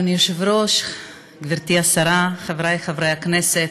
אדוני היושב-ראש, גברתי השרה, חברי חברי הכנסת,